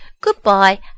goodbye